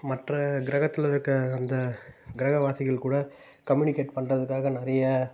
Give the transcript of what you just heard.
மற்ற கிரகத்தில் இருக்க அந்த கிரகவாசிகள் கூட கம்யூனிகேட் பண்ணுறதுக்காக நிறையா